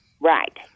Right